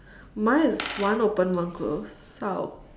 mine is one open one closed so I'll